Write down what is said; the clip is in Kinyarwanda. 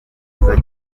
byiza